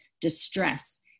distress